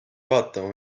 vaatama